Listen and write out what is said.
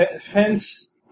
Fence